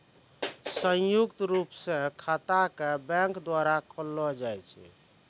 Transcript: संयुक्त रूप स खाता क बैंक द्वारा खोललो जाय छै